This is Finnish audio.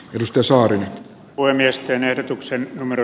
risto saarinen voi miesten erotuksen numero